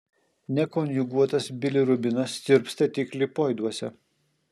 nekonjuguotas bilirubinas tirpsta tik lipoiduose